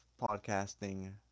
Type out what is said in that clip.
podcasting